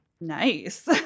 Nice